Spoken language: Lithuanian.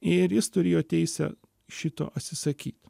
ir jis turėjo teisę šito atsisakyt